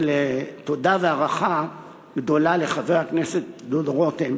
תודה והערכה גדולה, לחבר הכנסת דודו רותם